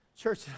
Church